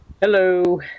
Hello